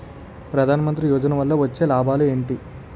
ప్రధాన మంత్రి యోజన వల్ల వచ్చే లాభాలు ఎంటి?